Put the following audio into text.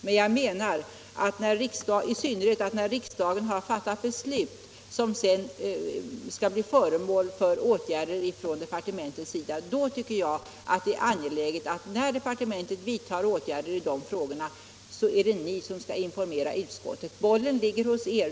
Men jag menar att det, i synnerhet när riksdagen har fattat beslut som skall bli föremål för åtgärder från departementets sida och när departementet vidtar åtgärder i sådana frågor, är ni som skall informera utskottet. Bollen ligger hos er.